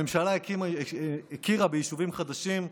הממשלה הכירה ביישובים חדשים,